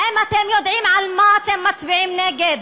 האם אתם יודעים על מה אתם מצביעים נגד?